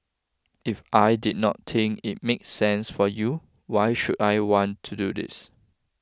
if I did not think it make sense for you why should I want to do this